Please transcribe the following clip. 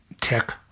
tech